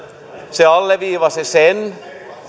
se alleviivasi sen